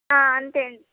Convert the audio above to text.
అంతే అండి